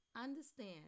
Understand